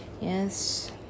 yes